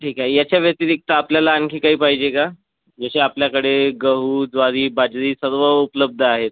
ठीकय ह्याच्या व्यतिरिक्त आपल्याला आणखी काही पाहिजे का जसे आपल्याकडे गहू ज्वारी बाजरी सर्व उपलब्ध आहेत